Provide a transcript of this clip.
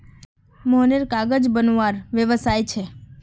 मोहनेर कागज बनवार व्यवसाय छे